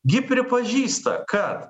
gi pripažįsta kad